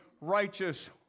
righteous